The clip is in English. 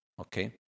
Okay